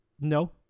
No